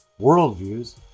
Worldviews